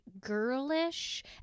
girlish